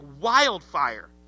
wildfire